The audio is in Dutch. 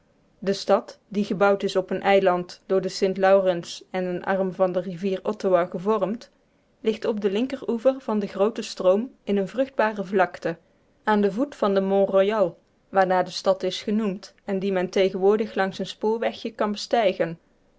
de stad die gebouwd is op een eiland door de sint laurens en een arm van de rivier ottawa gevormd ligt op den linkeroever van den grooten stroom in eene vruchtbare vlakte aan den voet van den mont royal waarnaar de stad is genoemd en dien men tegenwoordig langs een spoorwegje kan bestijgen